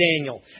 daniel